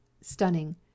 stunning